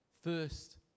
first